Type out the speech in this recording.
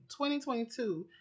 2022